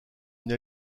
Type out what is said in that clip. une